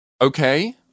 Okay